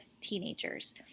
teenagers